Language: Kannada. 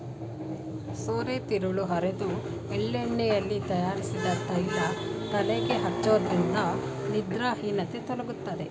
ಸೋರೆತಿರುಳು ಅರೆದು ಎಳ್ಳೆಣ್ಣೆಯಲ್ಲಿ ತಯಾರಿಸಿದ ತೈಲ ತಲೆಗೆ ಹಚ್ಚೋದ್ರಿಂದ ನಿದ್ರಾಹೀನತೆ ತೊಲಗ್ತದೆ